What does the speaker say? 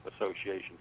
association